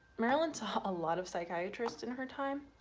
marilyn saw a lot of psychiatrists in her time.